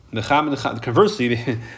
Conversely